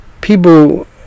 people